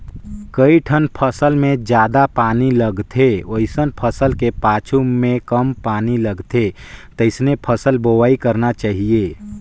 कइठन फसल मे जादा पानी लगथे वइसन फसल के पाछू में कम पानी लगथे तइसने फसल बोवाई करना चाहीये